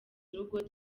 urugo